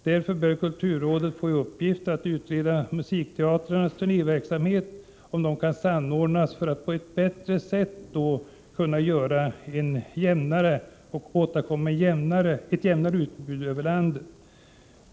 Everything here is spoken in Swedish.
Därför bör kulturrådet få i uppgift att utreda hur musikteatrarnas turnéverksamhet kan samordnas på ett bättre sätt för att därmed åstadkomma ett jämnare utbud över landet.